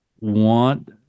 want